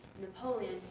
Napoleon